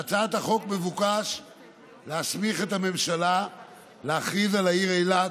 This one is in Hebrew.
בהצעת החוק מבוקש להסמיך את הממשלה להכריז על העיר אילת,